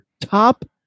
top